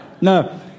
No